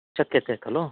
शक्यते खलु